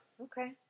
Okay